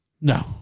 No